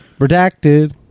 Redacted